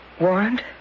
warrant